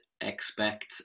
expect